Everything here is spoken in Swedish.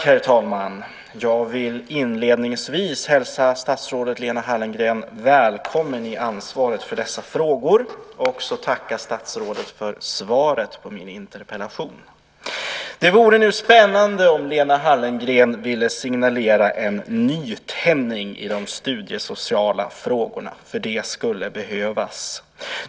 Herr talman! Jag vill inledningsvis hälsa statsrådet Lena Hallengren välkommen i ansvaret för dessa frågor och också tacka statsrådet för svaret på min interpellation. Det vore spännande om Lena Hallengren nu ville signalera en nytändning i de studiesociala frågorna, för det skulle behövas.